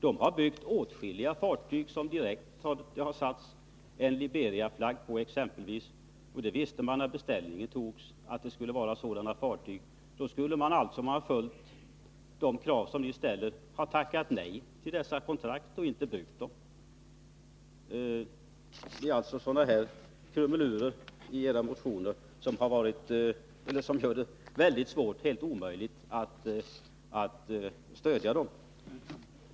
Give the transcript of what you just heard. De har byggt åtskilliga fartyg som direkt har försetts med Liberiaflagg. Och det visste man redan när beställningen gjordes. Om vi hade följt vpk:s krav, så skulle man alltså ha tackat nej till dessa kontrakt och inte byggt fartygen. Sådana underligheter i era motioner gör det mycket svårt för att inte säga omöjligt att stödja dem.